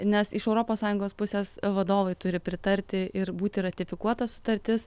nes iš europos sąjungos pusės vadovai turi pritarti ir būti ratifikuota sutartis